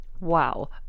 Wow